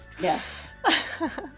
Yes